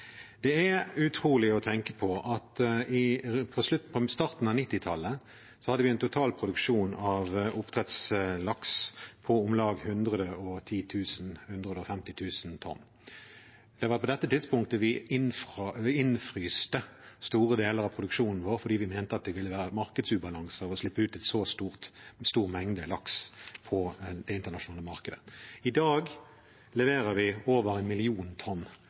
Det er utrolig å tenke på at på starten av 1990-tallet hadde vi en totalproduksjon av oppdrettslaks på om lag 110 000–150 000 tonn. Det var på det tidspunktet vi innfryste store deler av produksjonen vår fordi vi mente det ville føre til markedsubalanse å slippe ut en så stor menge laks på det internasjonale markedet. I dag leverer vi over én million tonn